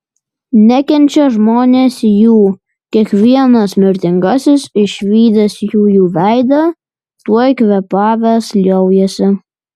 nekenčia žmonės jų kiekvienas mirtingasis išvydęs jųjų veidą tuoj kvėpavęs liaujasi